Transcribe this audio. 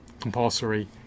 compulsory